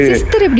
Sister